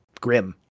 grim